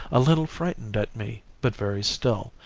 a little frightened at me, but very still,